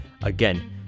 Again